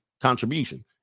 contribution